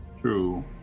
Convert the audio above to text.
True